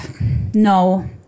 No